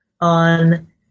on